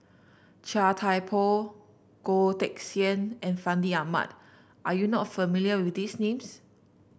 Chia Thye Poh Goh Teck Sian and Fandi Ahmad are you not familiar with these names